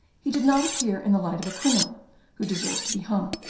he did not appear in the light of a criminal who deserved to be hung.